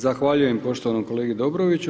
Zahvaljujem poštovanom kolegi Dobroviću.